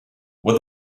with